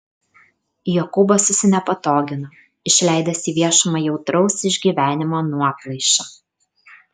jokūbas susinepatogino išleidęs į viešumą jautraus išgyvenimo nuoplaišą